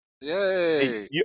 Yay